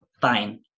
fine